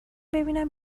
ببینم